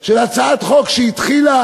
של הצעת חוק שהתחילה